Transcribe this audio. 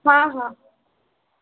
ହଁ ହଁ